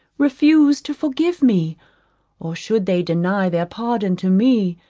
refuse to forgive me or should they deny their pardon to me,